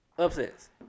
Upsets